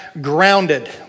grounded